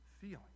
feeling